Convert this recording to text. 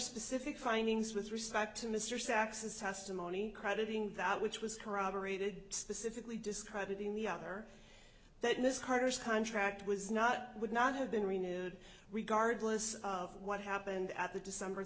specific findings with respect to mr sax's testimony crediting that which was corroborated specifically describing the other that miss carter's contract was not would not have been renewed regardless of what happened at the december